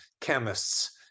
chemists